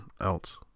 else